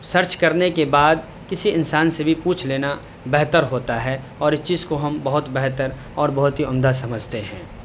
search کرنے کے بعد کسی انسان سے بھی پوچھ لینا بہتر ہوتا ہے اور اس چیز کو ہم بہت بہتر اور بہت ہی عمدہ سمجھتے ہیں